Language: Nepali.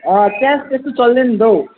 अँ त्यहाँ त्यस्तो चल्दैन त हौ